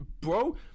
bro